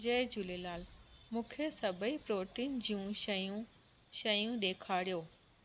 जय झूलेलाल मूंखे सभई प्रोटीन जूं शयूं शयूं ॾेखारियो